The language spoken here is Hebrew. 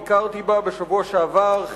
ביקרתי בה בשבוע שעבר,